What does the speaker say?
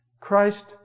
Christ